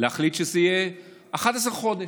להחליט שזה יהיה 11 חודש.